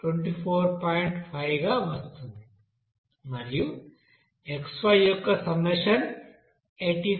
5 గా వస్తుంది మరియు xy యొక్క సమ్మషన్ 85